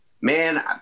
man